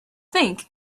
think